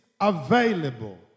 available